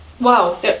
Wow